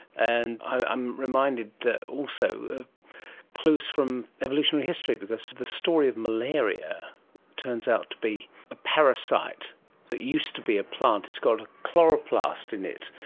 and i'm reminded also of clues from evolutionary history because the story of malaria turns out to be a parasite that used to be a plant, it's got a chloroplast in it.